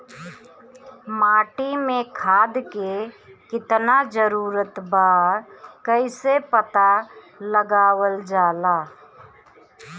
माटी मे खाद के कितना जरूरत बा कइसे पता लगावल जाला?